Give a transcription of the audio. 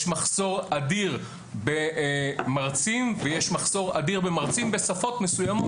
יש מחסור אדיר במרצים ויש מחסור אדיר במרצים בשפות מסוימות,